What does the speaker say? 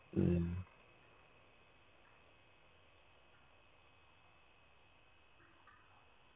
um